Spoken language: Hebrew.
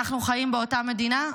אנחנו חיים באותה מדינה?